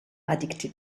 addicted